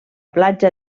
platja